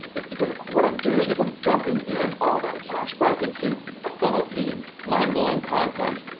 it's because what i'm doing is i'm dumping in all that cash back into a funnel team, mind-blowing content,